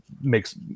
makes